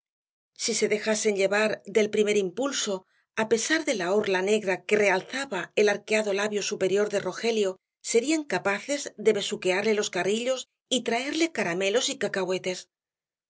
si se dejasen llevar del primer impulso á pesar de la orla negra que realzaba el arqueado labio superior de rogelio serían capaces de besuquearle los carrillos y traerle caramelos y cacahuetes